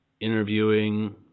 interviewing